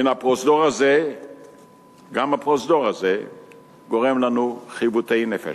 גם הפרוזדור הזה גורם לנו חיבוטי נפש.